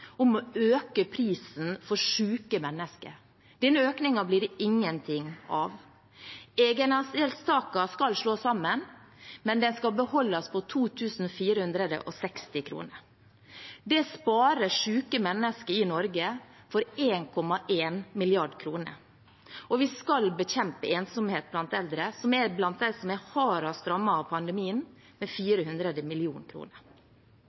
om å øke prisen for syke mennesker. Denne økningen blir det ingenting av. Egenandelstakene skal slås sammen, men de skal beholdes på 2 460 kr. Det sparer syke mennesker i Norge for 1,1 mrd. kr. Vi skal bekjempe ensomhet blant eldre, som er blant dem som er hardest rammet av pandemien, med